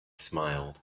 smiled